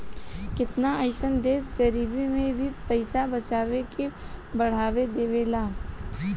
केतना अइसन देश गरीबी में भी पइसा बचावे के बढ़ावा देवेला